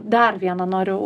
dar vieną noriu